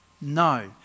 No